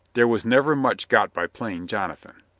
there was never much got by playing jonathan.